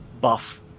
buff